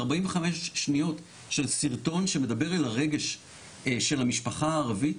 ארבעים וחמש שניות של סרטון שמדבר אל הרגש של המשפחה הערבית.